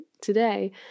today